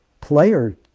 player